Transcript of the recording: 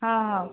ହଁ ହଉ